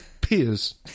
peers